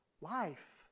Life